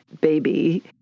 baby